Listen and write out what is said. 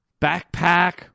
backpack